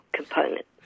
component